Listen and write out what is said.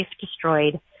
destroyed